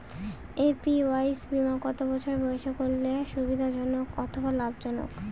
APY বীমা কত বছর বয়সে করলে সুবিধা জনক অথবা লাভজনক?